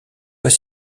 fois